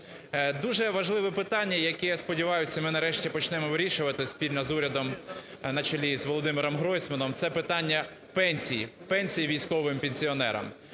Дуже важливе питання, яке, сподіваюсь, ми нарешті почнемо вирішувати спільно з урядом на чолі з ВолодимиромГройсманом, – це питання пенсій, пенсій військовим пенсіонерам.